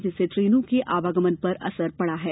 जिससे ट्रेनों के आवागमन पर असर पड़ा है